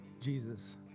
Jesus